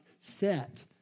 set